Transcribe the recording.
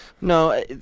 No